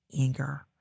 anger